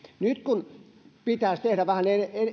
nyt kun pitäisi vähän